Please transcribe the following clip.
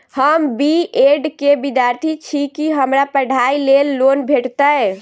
हम B Ed केँ विद्यार्थी छी, की हमरा पढ़ाई लेल लोन भेटतय?